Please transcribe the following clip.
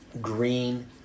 green